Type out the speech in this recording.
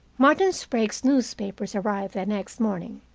martin sprague's newspapers arrived the next morning.